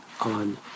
on